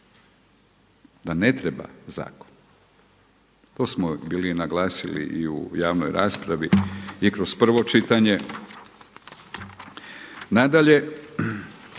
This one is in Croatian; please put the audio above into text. da ne treba zakon. To smo bili naglasili i u javnoj raspravi i kroz prvo čitanje. Nadalje,